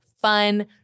fun